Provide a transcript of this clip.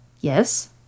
Yes